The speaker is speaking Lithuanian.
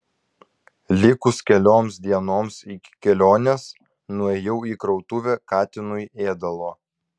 likus kelioms dienoms iki kelionės nuėjau į krautuvę katinui ėdalo